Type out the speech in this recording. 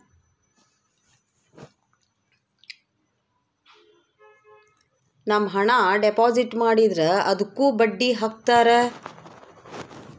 ನಮ್ ಹಣ ಡೆಪಾಸಿಟ್ ಮಾಡಿದ್ರ ಅದುಕ್ಕ ಬಡ್ಡಿ ಹಕ್ತರ